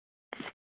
ठीक